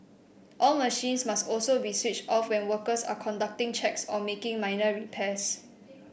all machines must also be switched off when workers are conducting checks or making minor repairs